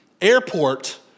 airport